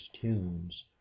tunes